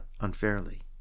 unfairly